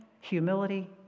humility